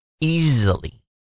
easily